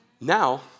Now